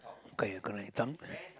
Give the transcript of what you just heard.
okay you correct some